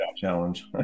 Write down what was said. challenge